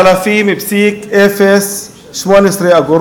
7,018,